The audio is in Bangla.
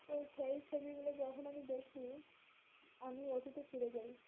তো সেই ছবিগুলো যখন আমি দেখি আমি অতীতে ফিরে যাই